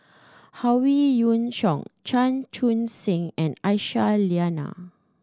Howe Yoon Chong Chan Chun Sing and Aisyah Lyana